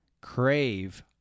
crave